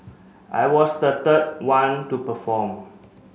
I was the third one to perform